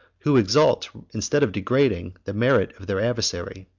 who exalt instead of degrading the merit of their adversary.